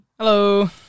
Hello